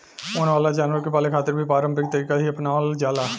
वन वाला जानवर के पाले खातिर भी पारम्परिक तरीका ही आपनावल जाला